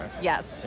Yes